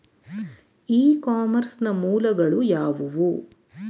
E commerce ನ ಮೂಲಗಳು ಯಾವುವು?